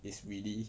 is really